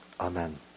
Amen